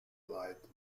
light